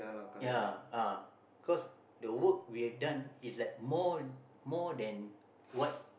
ya uh cos the work we have done is like more more than what